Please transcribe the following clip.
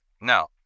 now